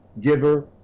giver